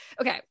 Okay